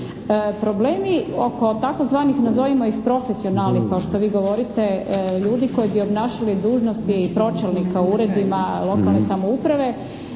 Problemi oko tzv., nazovimo ih profesionalnih, kao što vi govorite, ljudi koji bi obnašali dužnosti pročelnika u uredima lokalne samouprave